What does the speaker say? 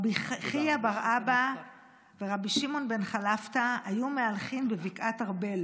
"רבי חייא בר אבא ורבי שמעון בר חלפתא היו מהלכין בבקעת ארבל